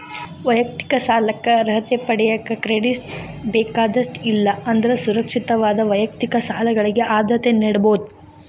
ವೈಯಕ್ತಿಕ ಸಾಲಕ್ಕ ಅರ್ಹತೆ ಪಡೆಯಕ ಕ್ರೆಡಿಟ್ ಬೇಕಾದಷ್ಟ ಇಲ್ಲಾ ಅಂದ್ರ ಸುರಕ್ಷಿತವಾದ ವೈಯಕ್ತಿಕ ಸಾಲಗಳಿಗೆ ಆದ್ಯತೆ ನೇಡಬೋದ್